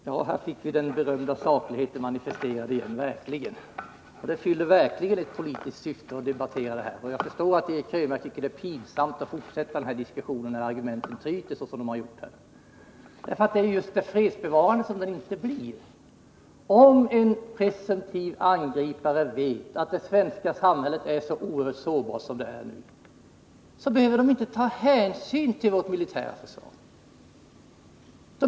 Fru talman! Här manifesterades verkligen den berömda sakligheten igen! Det fyller verkligen ett politiskt syfte att debattera den här frågan. Men jag förstår att Eric Krönmark tycker det är pinsamt att fortsätta diskussionen, när argumenten tryter så som de uppenbarligen gör. Nr 36 Det är just fredsbevarande som det militära försvaret inte blir. Om en Fredagen den presumtiv angripare vet att det svenska samhället är så oerhört sårbart 23 november 1979 behöver han inte ta hänsyn till vårt militära försvar.